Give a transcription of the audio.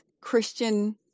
Christian